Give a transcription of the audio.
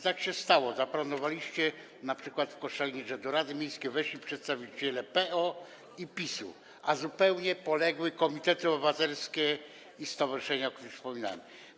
Tak się stało, zaplanowaliście to, np. w Koszalinie do rady miejskiej weszli przedstawiciele PO i PiS-u, a zupełnie poległy komitety obywatelskie i stowarzyszenia, o których wspominałem.